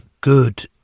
good